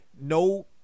no